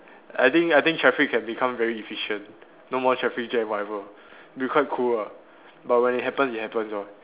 I think I think traffic can become very efficient no more traffic jam whatever will be quite cool lah but when it happens it happens lor